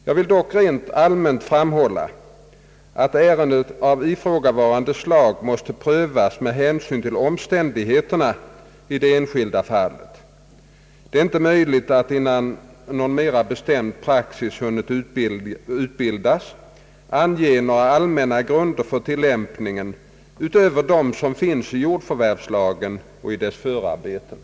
Jag vill dock rent allmänt framhålla att ärenden av ifrågavarande slag måste prövas med hänsyn till omständigheterna i det enskilda fallet. Det är inte möjligt att innan någon mera bestämd praxis hunnit utbildas ange några allmänna grunder för tillämpningen ut över dem som finns i jordförvärvslagen och dess förarbeten.